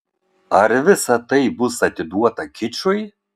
ar visa tai bus atiduota kičui